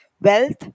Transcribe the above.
wealth